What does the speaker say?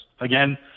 Again